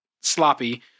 sloppy